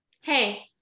Hey